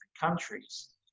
countries